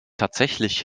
tatsächlich